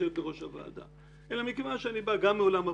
לשבת בראש הוועדה אלא מכיוון שאני בא גם מעולם הבריאות,